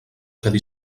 quedi